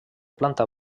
planta